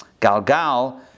Galgal